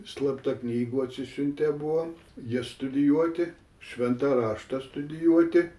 slapta knygų atsisiuntę buvom jas studijuoti šventą raštą studijuoti